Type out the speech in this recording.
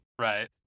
Right